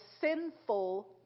sinful